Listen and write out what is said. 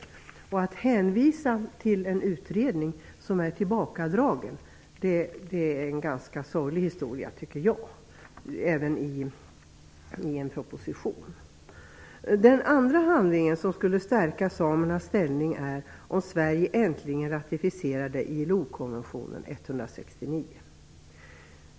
Att i en proposition hänvisa till en utredning som tagits tillbaka är en ganska sorglig historia. Den andra handling som skulle stärka samernas ställning är att Sverige äntligen ratificerade ILO konventionen 169.